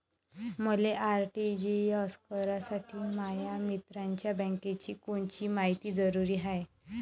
मले आर.टी.जी.एस करासाठी माया मित्राच्या बँकेची कोनची मायती जरुरी हाय?